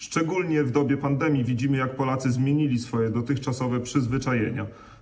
Szczególnie w dobie pandemii widzimy, jak Polacy zmienili swoje dotychczasowe przyzwyczajenia.